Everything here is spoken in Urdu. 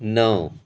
نو